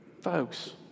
Folks